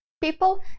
people